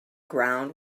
ground